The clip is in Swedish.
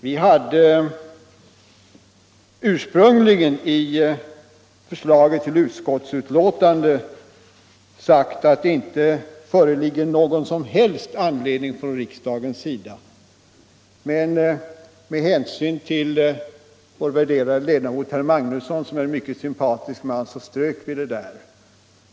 Vi hade ursprungligen i förslaget till utskottsbetänkande sagt att det inte föreligger ”någon som helst” anledning att från riksdagens sida göra ett sådant här uttalande. Med hänsyn till vår värderade ledamot herr Magnusson i Kristinehamn, som är en mycket sympatisk man, strök vi detta uttryck.